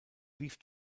lief